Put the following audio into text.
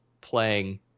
playing